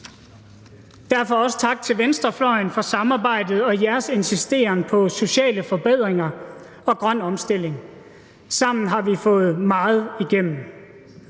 Derfor også tak til venstrefløjen for samarbejdet og jeres insisteren på sociale forbedringer og grøn omstilling. Sammen har vi fået meget igennem.